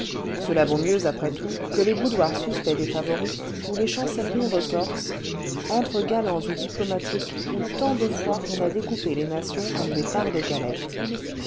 cela vaut mieux après tout que les boudoirs suspects des favorites on les chancelleries retorses antres galants ou diplomatiques où tant de fois on a découpé les nations comme des parts de galette